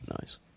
Nice